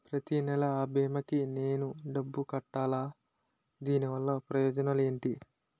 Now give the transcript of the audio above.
ప్రతినెల అ భీమా కి నేను డబ్బు కట్టాలా? దీనివల్ల ప్రయోజనాలు ఎంటి?